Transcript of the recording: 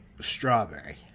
Strawberry